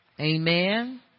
Amen